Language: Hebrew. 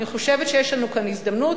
אני חושבת שיש לנו כאן הזדמנות.